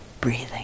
breathing